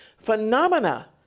phenomena